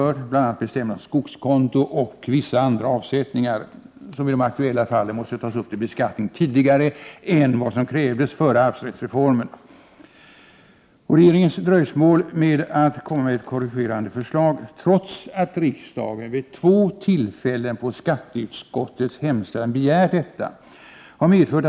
Detta gäller bl.a. beträffande bestämmelser om avsättningar till skogskonto och vissa andra avsättningar, som i de aktuella fallen måste tas upp till beskattning tidigare än vad som krävdes före arvsrättsreformen. Regeringens dröjsmål med att lägga fram ett korrigerande förslag, trots att riksdagen vid två tillfällen på skatteutskottets hemställan begärt detta, har - Prot.